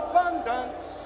Abundance